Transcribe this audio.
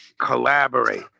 collaborate